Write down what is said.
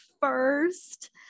first